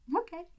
Okay